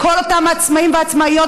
לכל אותם העצמאים והעצמאיות,